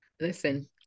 Listen